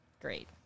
great